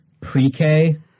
pre-K